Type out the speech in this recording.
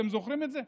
אתם זוכרים את זה?